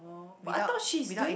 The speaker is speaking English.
but I thought she's doing